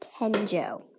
tenjo